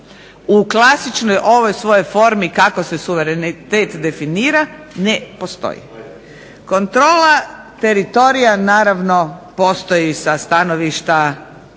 u klasičnoj ovoj svojoj formi kako se suverenitet definira ne postoji. Kontrola teritorija naravno postoji sa stanovišta važećih